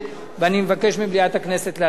ואני מבקש ממליאת הכנסת לאשר את זה.